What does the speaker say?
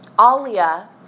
Alia